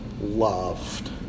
loved